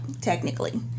technically